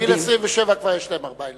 בגיל 27 כבר יש להם ארבעה ילדים,